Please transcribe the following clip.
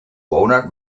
walnut